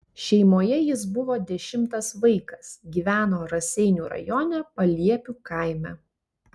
šeimoje jis buvo dešimtas vaikas gyveno raseinių rajone paliepių kaime